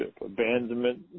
abandonment